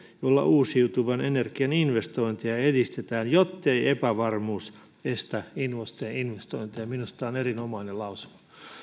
jolla uusiutuvan energian investointeja edistetään jottei epävarmuus estä investointeja minusta tämä on erinomainen lausuma